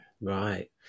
Right